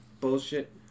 bullshit